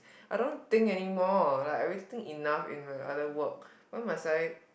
I don't think anymore like I already think enough in my other work why must I